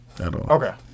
Okay